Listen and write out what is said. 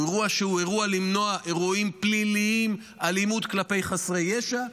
הוא אירוע שבא למנוע אירועים פליליים של אלימות כלפי חסרי ישע,